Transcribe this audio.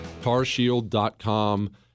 Carshield.com